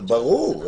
ברור.